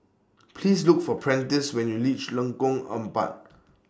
Please Look For Prentice when YOU REACH Lengkong Empat